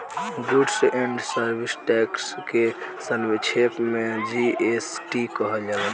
goods and service tax के संक्षेप में जी.एस.टी कहल जाला